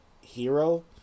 hero